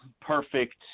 perfect –